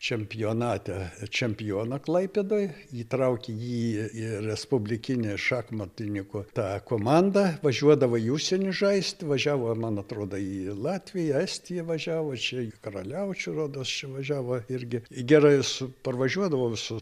čempionate čempioną klaipėdoj įtraukė jį į respublikinę šachmatininkų tą komandą važiuodavo į užsienį žaisti važiavo man atrodo į latviją estiją važiavo čia į karaliaučių rodos čia važiavo irgi gerai su parvažiuodavo su